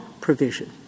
provision